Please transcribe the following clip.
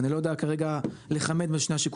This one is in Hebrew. אני לא יודע כרגע לכמת בין השיקולים,